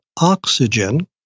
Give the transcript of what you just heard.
oxygen